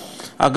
האירוע הזה,